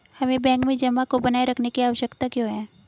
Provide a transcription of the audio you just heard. हमें बैंक में जमा को बनाए रखने की आवश्यकता क्यों है?